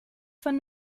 von